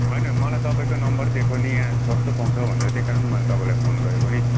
होइन मलाई तपाईँको नम्बर दिएको नि यहाँ सस्तो पाउँछ भनेर त्यही कारण मैले तपाईँलाई फोन गरेको नि